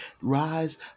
rise